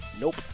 nope